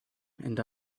and